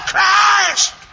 Christ